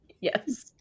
Yes